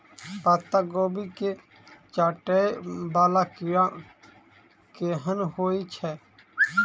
पत्ता कोबी केँ चाटय वला कीड़ा केहन होइ छै?